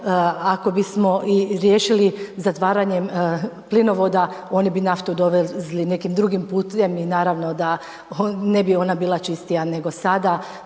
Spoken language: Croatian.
Ako bismo i riješili zatvaranjem plinovoda, oni bi naftu doveli .../Govornik se ne razumije./... nekim drugim putem i naravno da ne bi ona bila čistija nego sada.